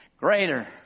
Greater